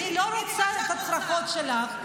אני לא רוצה את הצרחות שלך,